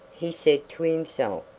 he said to himself.